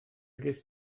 cest